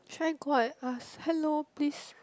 should I go out and ask hello please